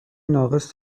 ناقص